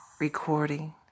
Recording